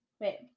Wait